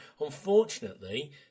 unfortunately